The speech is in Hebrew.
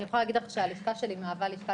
אני יכולה להגיד לך שהלשכה שלי מהווה לשכה